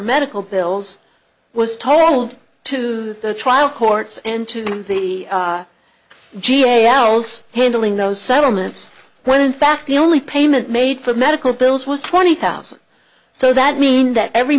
medical bills was told to the trial courts and to the ga owl's handling those settlements when in fact the only payment made for medical bills was twenty thousand so that mean that every